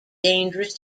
dangerous